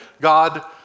God